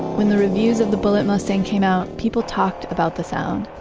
when the reviews of the bullitt mustang came out, people talked about the sound.